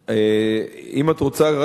ואם את רוצה,